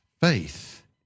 faith